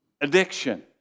addiction